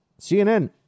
CNN